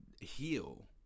heal